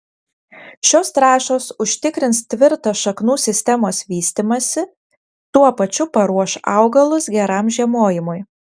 šios trąšos užtikrins tvirtą šaknų sistemos vystymąsi tuo pačiu paruoš augalus geram žiemojimui